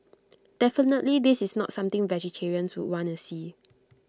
definitely this is not something vegetarians would want to see